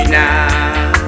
now